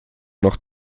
noch